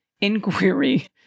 inquiry